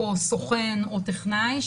סוכן או טכנאי,